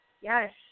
yes